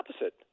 opposite